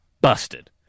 busted